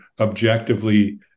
objectively